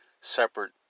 separate